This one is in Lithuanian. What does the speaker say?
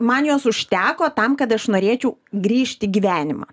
man jos užteko tam kad aš norėčiau grįžt į gyvenimą